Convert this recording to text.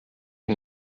and